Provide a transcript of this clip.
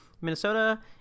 Minnesota